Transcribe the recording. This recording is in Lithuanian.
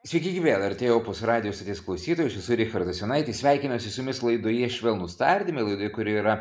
sveiki gyvi el er tė opus radijo stoties klausytojai aš esu richardas jonaitis sveikinuosi su jumis laidoje švelnūs tardymai laidoje kuri yra